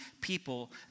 people